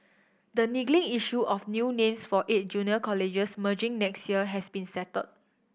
the niggling issue of new names for eight junior colleges merging next year has been settled